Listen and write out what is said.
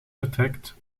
vertrekt